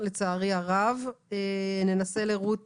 עיוורים